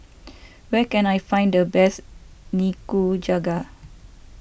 where can I find the best Nikujaga